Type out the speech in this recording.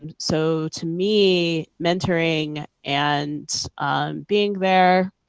and so to me, mentoring and being there